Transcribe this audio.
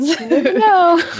No